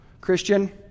Christian